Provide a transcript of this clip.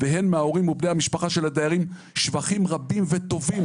והן מההורים ובני המשפחה של הדיירים שבחים רבים וטובים